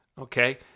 Okay